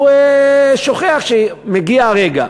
הוא שוכח שמגיע הרגע.